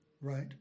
right